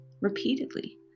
repeatedly